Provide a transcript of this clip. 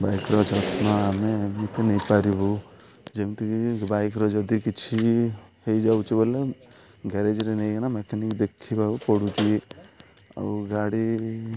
ବାଇକ୍ର ଯତ୍ନ ଆମେ ଏମିତି ନେଇପାରିବୁ ଯେମ୍ତିକି ବାଇକ୍ର ଯଦି କିଛି ହେଇଯାଉଛୁ ବୋଲେ ଗ୍ୟାରେଜରେ ନେଇକିନା ମେକାନିକ୍ ଦେଖିବାକୁ ପଡ଼ୁଛି ଆଉ ଗାଡ଼ି